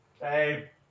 Hey